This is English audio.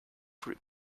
group